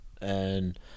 and-